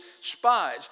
spies